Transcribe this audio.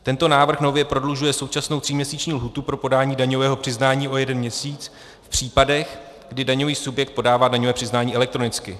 Tento návrh nově prodlužuje současnou tříměsíční lhůtu pro podání daňového přiznání o jeden měsíc v případech, kdy daňový subjekt podává daňové přiznání elektronicky.